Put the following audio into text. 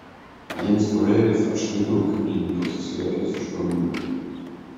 jiems praėjus aš toliau kiūtinu pasislėpęs už paminklų